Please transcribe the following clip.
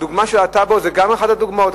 הדוגמה של הטאבו היא גם אחת הדוגמאות.